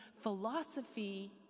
philosophy